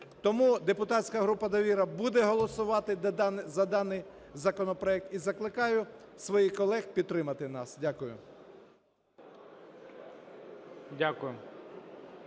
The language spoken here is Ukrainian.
Тому депутатська група "Довіра" буде голосувати за даний законопроект. І закликаю своїх колег підтримати нас. Дякую.